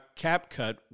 CapCut